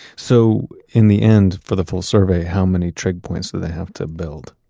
so in the end, for the full survey, how many trig points did they have to build?